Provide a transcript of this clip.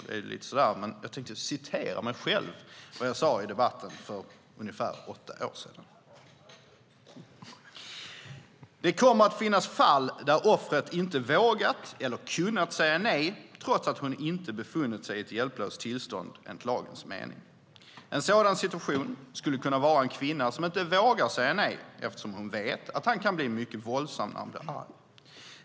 Det är lite så där, men jag ska citera vad jag själv sade i debatten för ungefär åtta år sedan: "Det kommer att finnas fall där offret inte vågat eller kunnat säga nej trots att hon inte befunnit sig i ett hjälplöst tillstånd enligt lagens mening. En sådan situation skulle kunna vara en kvinna som inte vågar säga nej eftersom hon vet att han kan bli mycket våldsam när han blir arg.